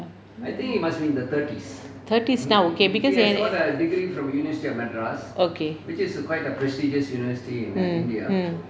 thirties now okay because he okay mm mm